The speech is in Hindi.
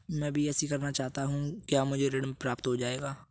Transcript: मैं बीएससी करना चाहता हूँ क्या मुझे ऋण प्राप्त हो जाएगा?